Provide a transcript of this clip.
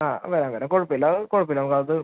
ആ വരാം വരാം കുഴപ്പമില്ല അത് കുഴപ്പമില്ല നമുക്കത്